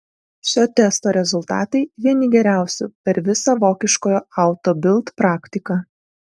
šio testo rezultatai vieni geriausių per visą vokiškojo auto bild praktiką